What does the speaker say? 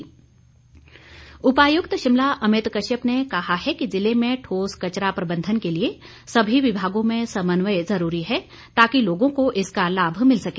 DC Shimla उपायुक्त शिमला अमित कश्यप ने कहा है कि जिले में ठोस कचरा प्रबंधन के लिए समी विभागों में समन्वय जरूरी है ताकि लोगों को इसका लाभ मिल सके